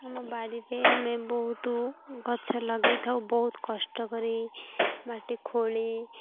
ଆମ ବାଡ଼ିରେ ଆମେ ବହୁତୁ ଗଛ ଲଗେଇଥାଉ ବହୁତ କଷ୍ଟ କରି ମାଟି ଖୋଳି